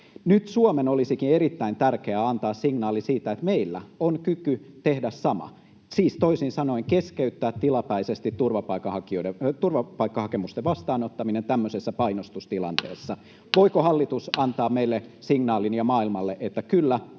Nyt Suomen olisikin erittäin tärkeää antaa signaali siitä, että meillä on kyky tehdä sama, siis toisin sanoen keskeyttää tilapäisesti turvapaikkahakemusten vastaanottaminen tämmöisessä painostustilanteessa. Voiko hallitus antaa signaalin meille ja maailmalle, että kyllä,